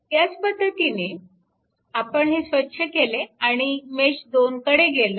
ह्याच पद्धतीने आपण हे स्वच्छ केले आणि मेश 2 कडे गेलो